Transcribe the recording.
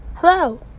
Hello